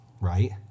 right